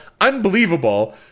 Unbelievable